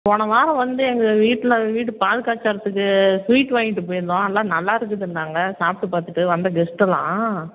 போன வாரம் வந்து எங்கள் வீட்டில் வீடு பால் காய்ச்சறதுக்கு ஸ்வீட் வாங்கிகிட்டு போயிருந்தோம் எல்லாம் நல்லா இருக்குதுன்னாங்க சாப்பிட்டு பார்த்துட்டு வந்த கெஸ்டெல்லாம்